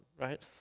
right